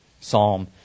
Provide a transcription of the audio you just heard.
Psalm